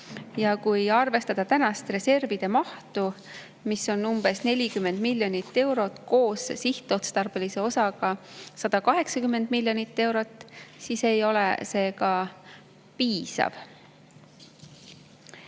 Ja kui arvestada tänast reservide mahtu, mis on umbes 40 miljonit eurot koos sihtotstarbelise osaga 180 miljonit eurot, siis ei ole see ka piisav.